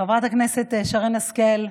חברת הכנסת שרן השכל,